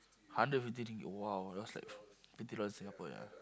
hundred fifty ringgit !wow! that's like fifty dollars in Singapore ya